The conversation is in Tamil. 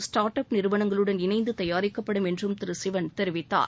ஸ்டாாட் அப் நிறுவனங்களுடன் இணைந்து தயாரிக்கப்படும் என்றும் திரு சிவன் தெரிவித்தார்